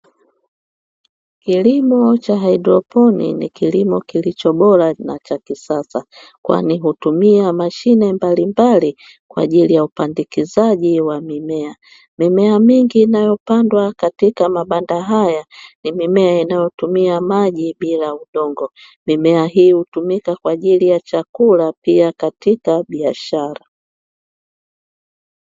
Kilimo cha haidroponi ni kilimo kilicho bora na cha kisasa kwani hutumia mashine mbalimbali kwa ajili ya upandikizaji wa mimea. Mimea mingi inayopandwa katika mabanda haya ni mimea inayotumia maji bila udongo. Mimea hii hutumika kwa ajili ya chakula pia katika biashara.